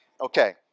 Okay